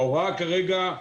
ההוראה כרגע היא: